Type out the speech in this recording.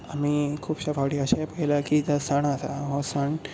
आमी खुबशे फावटीं अशेंय पयलां की जो सण आसा हो सण